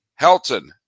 Helton